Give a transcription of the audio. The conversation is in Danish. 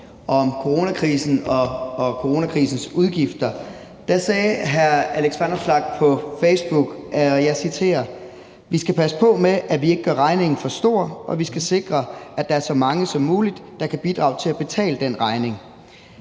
om coronakrisen og coronakrisens udgifter sagde hr. Alex Vanopslagh på Facebook, og jeg citerer: Vi skal passe på med, at vi ikke gør regningen for stor, og vi skal sikre, at der er så mange som muligt, der kan bidrage til at betale den regning.